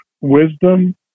wisdom